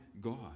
God